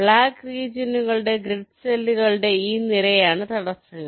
black റീജനുകളുള്ള grid സെല്ലുകളുടെ ഈ നിര ആണ് തടസ്സങ്ങൾ